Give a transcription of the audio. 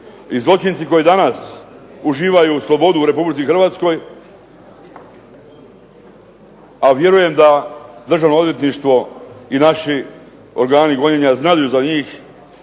I zločinci koji danas uživaju slobodu u Republici Hrvatskoj a vjerujem da Državno odvjetništvo i naši organi gonjenja znaju za njih,